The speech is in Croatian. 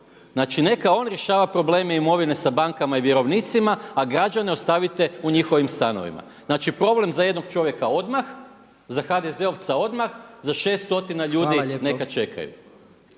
Znači, neka on rješava probleme imovine sa bankama i vjerovnicima, a građane ostavite u njihovim stanovima. Znači, problem za jednog čovjeka odmah, za HDZ-ovca odmah, za 6 stotina ljudi neka čekaju.